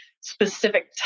specific